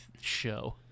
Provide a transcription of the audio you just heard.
show